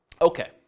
Okay